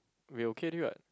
we okay already [what]